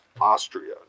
Austria